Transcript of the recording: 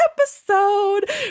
episode